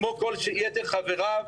כמו כל יתר חבריו?